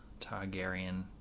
Targaryen